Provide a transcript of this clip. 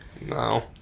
No